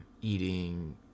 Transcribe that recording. eating